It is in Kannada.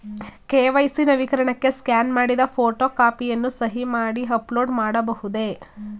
ಕೆ.ವೈ.ಸಿ ನವೀಕರಣಕ್ಕೆ ಸ್ಕ್ಯಾನ್ ಮಾಡಿದ ಫೋಟೋ ಕಾಪಿಯನ್ನು ಸಹಿ ಮಾಡಿ ಅಪ್ಲೋಡ್ ಮಾಡಬಹುದೇ?